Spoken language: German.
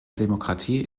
demokratie